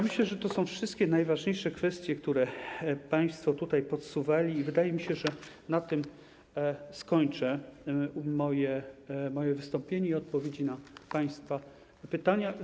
Myślę, że to są wszystkie najważniejsze kwestie, które państwo tutaj podsuwali, i wydaje mi się, że na tym skończę moje wystąpienie i odpowiedzi na państwa pytania.